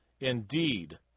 Indeed